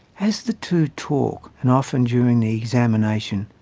as the two talk and, often, during the examination,